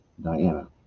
Diana